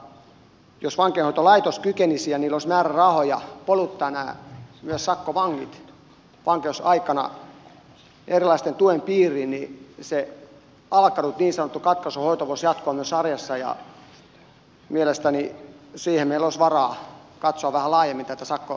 mutta jos vankeinhoitolaitos kykenisi ja sillä olisi määrärahoja poluttaa myös sakkovangit vankeusaikana erilaisten tukien piiriin niin se alkanut niin sanottu katkaisuhoito voisi jatkua myös arjessa ja mielestäni siinä meillä olisi varaa katsoa vähän laajemmin tätä sakkorangaistuksen käytäntöä